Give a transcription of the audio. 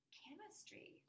chemistry